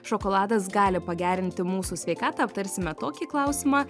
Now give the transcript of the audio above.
šokoladas gali pagerinti mūsų sveikatą aptarsime tokį klausimą